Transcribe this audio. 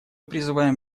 призываем